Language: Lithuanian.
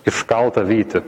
iškaltą vytį